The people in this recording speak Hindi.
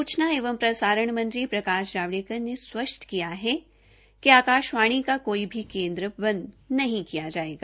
सूचना एवं प्रसारण मंत्री प्रकाश जावड़ेकर ने स्पष्ट किया है कि आकाशवाणी का कोई भी केन्द्र बंद नहीं किया जायेगा